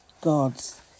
God's